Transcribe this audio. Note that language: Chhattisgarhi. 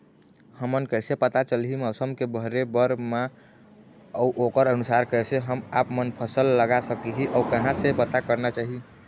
हमन कैसे पता चलही मौसम के भरे बर मा अउ ओकर अनुसार कैसे हम आपमन फसल लगा सकही अउ कहां से पता करना चाही?